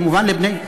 כמובן לבני,